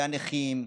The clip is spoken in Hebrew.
והנכים,